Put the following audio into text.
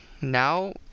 now